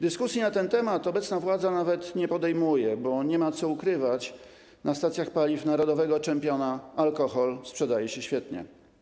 Dyskusji na ten temat obecna władza nawet nie podejmuje, bo nie ma co ukrywać, na stacjach paliw narodowego czempiona alkohol sprzedaje się świetnie.